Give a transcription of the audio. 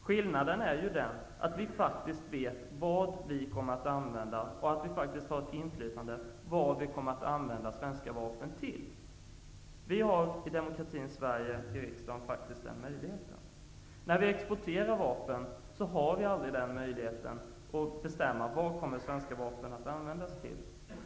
Skillnaden är att vi faktiskt vet och har ett inflytande över vad de svenska vapnen kommer att användas till. Den möjligheten finns faktiskt i demokratin Sverige och i riksdagen. Men när vapen exporteras finns aldrig möjligheten att bestämma vad de svenska vapnen kommer att användas till.